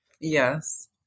Yes